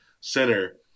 center